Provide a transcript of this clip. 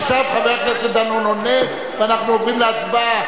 עכשיו חבר הכנסת דנון עונה, ואנחנו עוברים להצבעה.